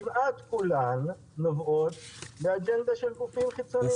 כמעט כולן נובעות מאג'נדה של גופים חיצוניים.